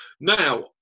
Now